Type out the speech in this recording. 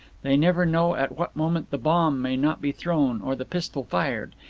they never know at what moment the bomb may not be thrown, or the pistol fired.